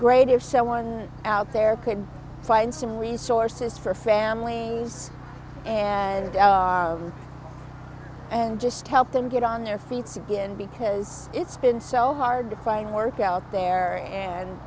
great if someone out there could find some resources for families and and just help them get on their feet again because it's been so hard to quite work out there and